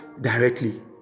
directly